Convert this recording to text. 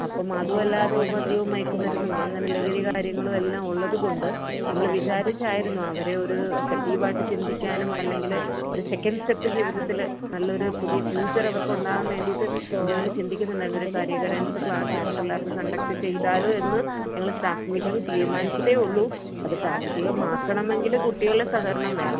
അപ്പം അതും അല്ലാതെ മദ്യവും മയക്ക് മരുന്നും അങ്ങനെ ലഹരി കാര്യങ്ങളും എല്ലാം ഉള്ളത് കൊണ്ട് നമ്മൾ വിചാരിച്ചിരുന്ന അവരെ ഒരു പോസറ്റീവായിട്ട് ചിന്തിക്കാനും അല്ലെങ്കിൽ ഒരു സെക്കൻസെപ്പ ജീവിതത്തിൽ നല്ലൊരു പുതിയ ഫ്യൂച്ചറവർക്കുണ്ടാകാൻ വേണ്ടിയിട്ട് നമ്മൾ ഇങ്ങനെ ചിന്തിക്കുന്നുണ്ടായിരുന്ന ഒരു കരി ഗൈഡൻസ് ക്ലാസൊക്ക പിള്ളേർക്ക് കണ്ടെക്റ്റ് ചെയ്താലോ എന്ന് ഞങ്ങൾ സ്റ്റാഫ് മീറ്റിംഗി തീരുമാനിച്ചത് ഉള്ളൂ അത് പ്രാവർത്തികമാക്കണമെങ്കിൽ കുട്ടികളെ സഹകരണം വേണം